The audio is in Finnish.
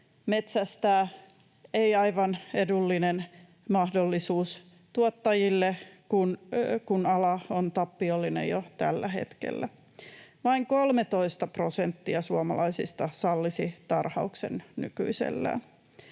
metsästää — ei aivan edullinen mahdollisuus tuottajille, kun ala on tappiollinen jo tällä hetkellä. Vain 13 prosenttia suomalaisista sallisi tarhauksen nykyisellään.